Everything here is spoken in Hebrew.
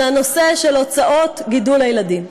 זה הנושא של הוצאות גידול הילדים.